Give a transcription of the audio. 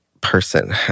person